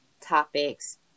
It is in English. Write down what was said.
topics